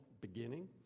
beginning